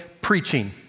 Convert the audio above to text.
preaching